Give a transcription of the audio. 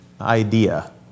idea